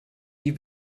wie